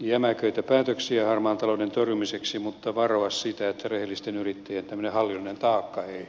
jämäköitä päätöksiä harmaan talouden torjumiseksi mutta varoa sitä että rehellisten yrittäjien hallinnollinen taakka ei kasvaisi